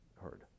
heard